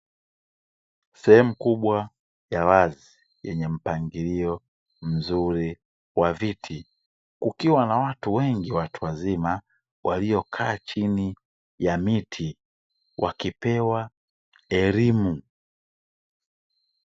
Sehemu kubwa ya wazi yenye mpangilio mzuri wa viti kukiwa na watu wengi watu wazima waliokaa chini ya miti wakipewa elimu.